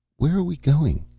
where are we going?